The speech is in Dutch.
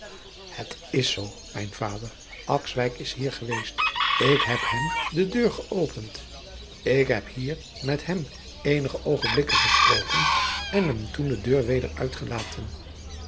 het is zoo mijn vader akswijk is hier geweest ik heb hem de deur geopend ik heb hier met hem eenige oogenblikken gesproken en hem toen de deur weder uitgelaten